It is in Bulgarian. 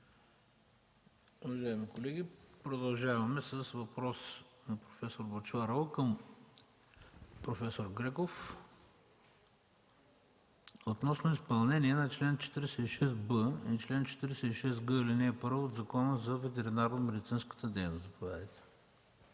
продължаваме с въпрос на проф. Бъчварова към проф. Греков относно изпълнение на чл. 46б и чл. 46г, ал. 1 от Закона за ветеринарномедицинската дейност.